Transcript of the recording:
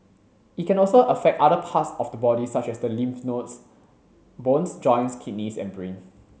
it can also affect other parts of the body such as the lymph nodes bones joints kidneys and brain